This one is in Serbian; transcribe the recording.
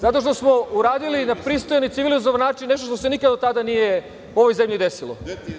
Zato što smo uradili na pristojan i civilizovan način nešto što se nikada do tada nije desilo.